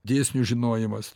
dėsnių žinojimas